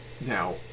Now